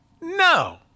No